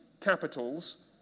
capitals